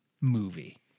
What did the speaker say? movie